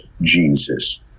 Jesus